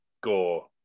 gore